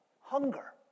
Hunger